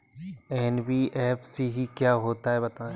NBFC क्या होता है बताएँ?